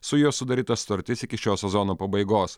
su juo sudaryta sutartis iki šio sezono pabaigos